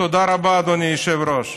תודה רבה, אדוני היושב-ראש.